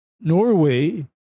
Norway